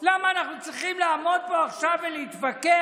למה אנחנו צריכים לעמוד פה עכשיו ולהתווכח,